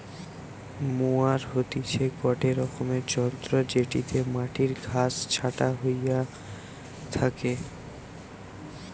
mower হতিছে গটে রকমের যন্ত্র জেটিতে মাটির ঘাস ছাটা হইয়া থাকে